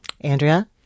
Andrea